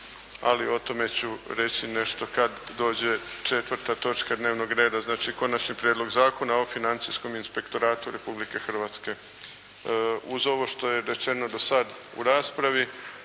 ali o tome ću reći nešto kad dođe 4. točka dnevnog reda. Znači Konačni prijedlog zakona o financijskom inspektoratu Republike Hrvatske. Uz ovo što je rečeno do sad u raspravi